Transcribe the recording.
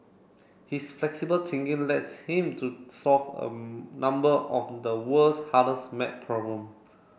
his flexible thinking lets him to solve a number of the world's hardest maths problem